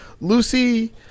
Lucy